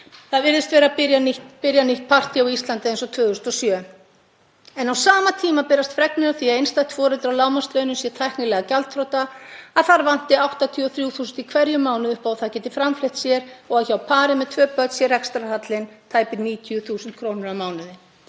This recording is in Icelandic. Það virðist vera að byrja nýtt partí á Íslandi eins og 2007, en á sama tíma berast fregnir af því að einstætt foreldri á lágmarkslaunum sé tæknilega gjaldþrota, að þar vanti 83.000 kr. í hverjum mánuði upp á að það geti framfleytt sér og að hjá pari með tvö börn sé rekstrarhallinn tæpar 90.000 kr. á mánuði.